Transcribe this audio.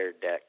deck